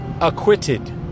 acquitted